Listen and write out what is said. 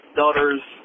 daughter's